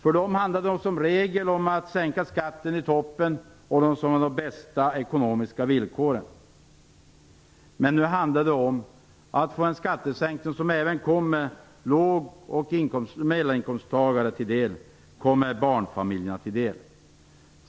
För dem handlar det som regel om att sänka skatten i toppen, för dem som har de bästa ekonomiska villkoren. Men nu handlar det om en skattesänkning som även kommer låg och mellaninkomsttagare likaväl som barnfamiljer till del.